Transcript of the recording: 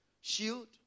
Shield